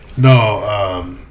No